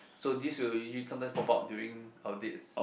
so this will usually sometimes pop out during our dates